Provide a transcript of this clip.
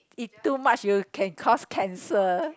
eat too much you can cause cancer